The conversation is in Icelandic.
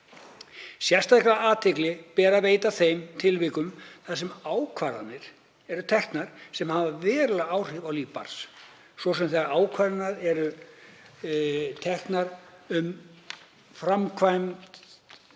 Sérstaka athygli ber að veita þeim tilvikum þar sem ákvarðanir eru teknar sem hafa varanleg áhrif á líf barns, svo sem þegar ákvarðanir eru teknar um að framkvæma